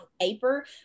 paper